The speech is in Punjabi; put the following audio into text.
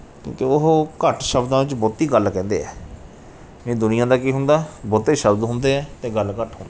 ਕਿਉਂਕਿ ਉਹ ਘੱਟ ਸ਼ਬਦਾਂ 'ਚ ਬਹੁਤੀ ਗੱਲ ਕਹਿੰਦੇ ਆ ਨਹੀਂ ਦੁਨੀਆਂ ਦਾ ਕੀ ਹੁੰਦਾ ਬਹੁਤੇ ਸ਼ਬਦ ਹੁੰਦੇ ਹੈ ਅਤੇ ਗੱਲ ਘੱਟ ਹੁੰਦੀ ਏ